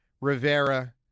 Rivera